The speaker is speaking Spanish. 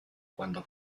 cuando